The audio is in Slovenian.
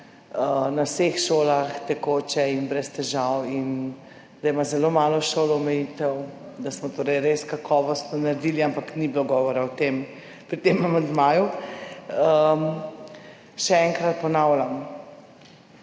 na vseh šolah tekoče in brez težav in da ima zelo malo šol omejitev, da smo torej res kakovostno naredili, ampak ni bilo govora o tem pri tem amandmaju. Še enkrat ponavljam,